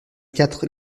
quatre